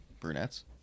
brunettes